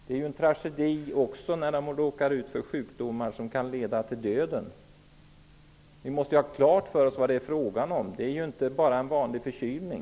Det är också en tragedi när människor råkar ut för sjukdomar som kan leda till döden. Vi måste ha klart för oss vad det är fråga om. Det gäller inte bara en vanlig förkylning.